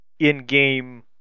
in-game